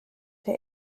der